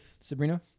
Sabrina